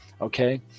okay